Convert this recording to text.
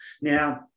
Now